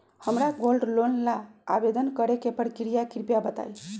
हमरा gold loan ला आवेदन करे के प्रक्रिया कृपया बताई